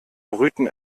brüten